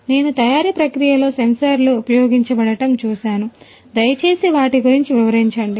నేను తయారీ ప్రక్రియలో సెన్సార్లు ఉపయోగించబడటం చూశాను దయచేసి వాటి గురించి వివరించండి